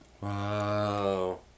Wow